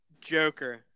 Joker